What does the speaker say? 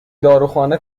داروخانه